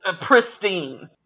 pristine